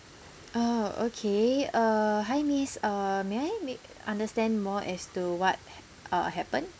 oh okay uh hi miss uh may I make understand more as to what uh happened